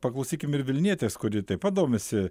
paklausykim ir vilnietės kuri taip pat domisi